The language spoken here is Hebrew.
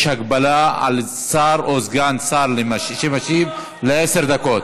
הגבלה על שר או סגן שר שמשיב עד עשר דקות.